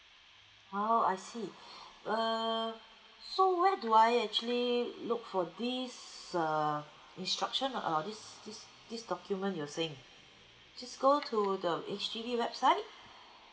oh I see uh so why do I actually look for this uh instruction uh this this document you're saying just go to the H_D_B website